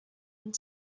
and